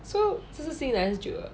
so 这是新的还是旧的